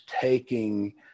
taking